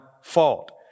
fault